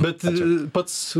bet pats